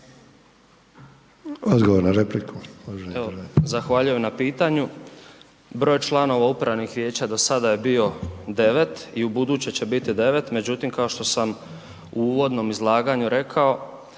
zahvaljujem na pitanju. Broj članova upravnih vijeća do sada je bio 9 i u buduće će biti 9 međutim kao što sam u uvodnom izlaganju rekao,